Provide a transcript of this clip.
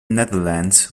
netherlands